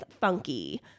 funky